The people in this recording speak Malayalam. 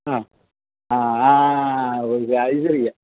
ആ ആ ആ ആ ആ